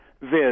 Viz